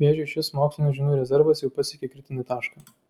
vėžiui šis mokslinių žinių rezervas jau pasiekė kritinį tašką